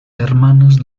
hermanos